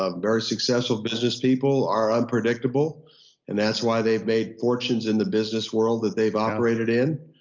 um very successful business people are unpredictable and that's why they've made fortunes in the business world that they've operated in.